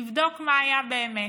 לבדוק מה היה באמת.